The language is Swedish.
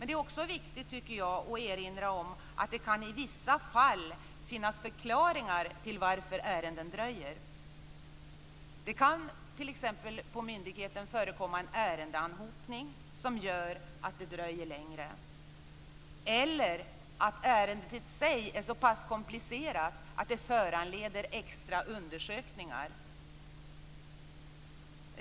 Det är också viktigt att erinra om att det i vissa fall kan finnas förklaringar till varför ärenden dröjer. Det kan förekomma en ärendeanhopning på myndigheten som gör att det dröjer längre. Ärendet i sig kan vara så pass komplicerat att det föranleder extra undersökningar.